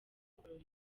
ngororero